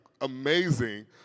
amazing